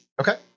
Okay